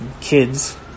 kids